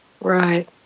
Right